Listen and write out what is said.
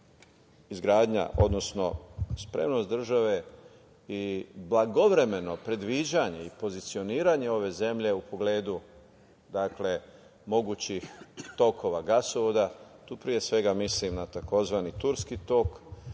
izgradnja, odnosno spremnost države i blagovremeno predviđanje i pozicioniranje ove zemlje u pogledu mogućih tokova gasovoda. Tu pre svega mislim na tzv. Turski tok,